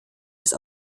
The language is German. ist